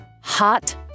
hot